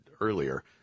earlier